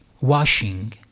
washing